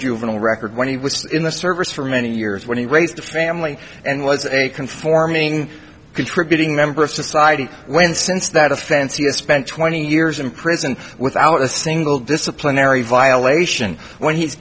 juvenile record when he was in the service for many years when he raised a family and was a conforming contributing member of society when since that offense he has spent twenty years in prison without a single disciplinary violation when he's